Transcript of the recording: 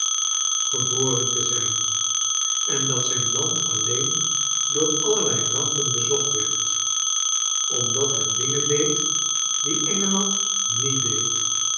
te zijn en dat zijn land alleen door allerlei ram pen bezocht werd omdat liet dingen deed die engeland niet deed